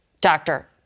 doctor